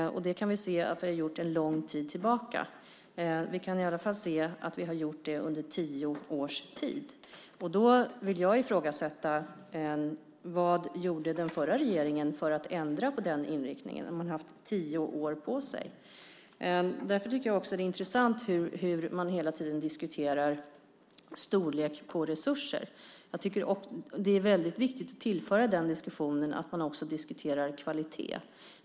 Det kan vi se att vi har gjort sedan en lång tid tillbaka. Vi kan i alla fall se att vi har gjort det under tio års tid. Då vill jag ifrågasätta vad den förra regeringen gjorde för att ändra på den inriktningen. Man har haft tio år på sig. Jag tycker att det är intressant hur man hela tiden diskuterar storlek på resurser. Det är viktigt att man också diskuterar kvalitet.